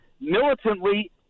militantly